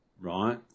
right